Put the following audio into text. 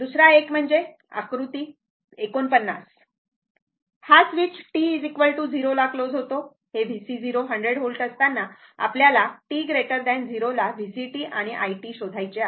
दुसरा एक म्हणजे आकृती 49 हा स्विच t 0 ला क्लोज होतो हे VC0 100 व्होल्ट असतांना आपल्याला t 0 ला VCt आणि i t शोधायचे आहे